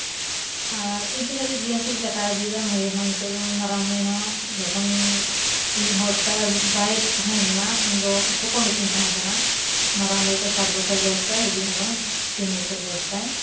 ᱟᱨ ᱤᱱᱠᱟᱹ ᱠᱟᱛᱮ ᱡᱤᱭᱚᱱ ᱠᱩᱧ ᱠᱟᱴᱟᱣ ᱤᱫᱤᱭᱮᱫᱟ ᱢᱟᱹᱭ ᱦᱚᱸ ᱱᱤᱛᱳᱜ ᱫᱚ ᱢᱟᱨᱟᱝ ᱢᱟᱹᱭ ᱦᱚᱸ ᱡᱚᱠᱷᱚᱱ ᱤᱧᱤᱡ ᱦᱚᱲ ᱴᱟᱜᱼᱮ ᱵᱟᱭ ᱛᱟᱦᱮᱸᱞᱮᱱᱟ ᱩᱱ ᱫᱚ ᱦᱚᱯᱚᱱ ᱜᱮᱠᱤᱱ ᱛᱟᱦᱮᱸᱠᱟᱱᱟ ᱢᱟᱨᱟᱝ ᱢᱟᱹᱭ ᱫᱚ ᱥᱟᱛ ᱵᱚᱪᱷᱚᱨ ᱵᱚᱭᱮᱥ ᱛᱟᱭ ᱦᱩᱰᱤᱧᱤᱡ ᱫᱚ ᱛᱤᱱ ᱵᱤᱪᱷᱚᱨ ᱵᱚᱭᱮᱥ ᱛᱟᱭ